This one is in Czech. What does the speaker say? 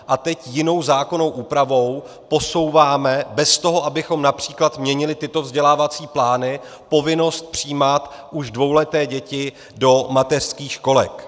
A teď jinou zákonnou úpravou posouváme, bez toho, abychom např. měnili tyto vzdělávací plány, povinnost přijímat už dvouleté děti do mateřských školek.